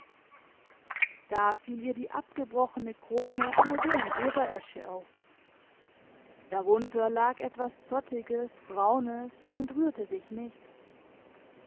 da fiel ihr die abgebrochene krone einer jungen eberesche auf darunter lag etwas zottiges braunes und rührte sich nicht